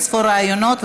אין-ספור רעיונות,